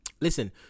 Listen